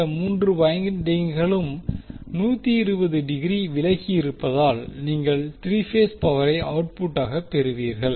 இந்த 3 வைண்டிங்குகளும் 120 டிகிரி விலகியிருப்பதால் நீங்கள் 3 பேஸ் பவரை அவுட்புட்டாக பெறுவீர்கள்